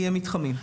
יהיה מתחמים.